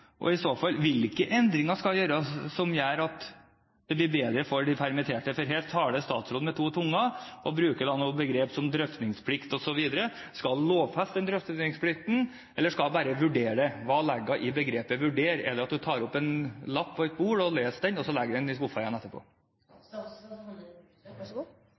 I så fall, hvilke endringer skal gjøres som gjør at det blir bedre for de permitterte? Her taler statsråden med to tunger og bruker begrep som «drøftingsplikt» osv. Skal man lovfeste den drøftingsplikten, eller skal man bare vurdere den? Hva legger hun i begrepet «vurdere»? Er det det at hun tar opp en lapp fra bordet, leser den og legger den i skuffen etterpå? Jeg mener det